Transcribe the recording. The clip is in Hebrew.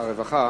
הרווחה